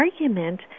argument